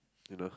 you know